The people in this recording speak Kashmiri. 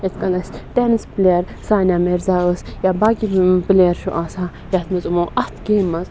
یِتھ کٔنۍ اَسۍ ٹٮ۪نِس پٕلیر سانیہ مِرزا ٲس یا باقٕے پٕلیر چھِ آسان یَتھ منٛز یِمَو اَتھ گیم منٛز